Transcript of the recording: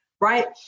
right